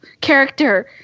character